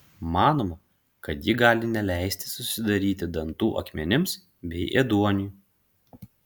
manoma kad ji gali neleisti susidaryti dantų akmenims bei ėduoniui